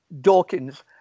Dawkins